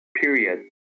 period